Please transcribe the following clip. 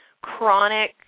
chronic